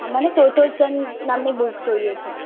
હા મને ચોય ચોય ચંદ નામની બૂક જોઈએ છે